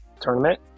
tournament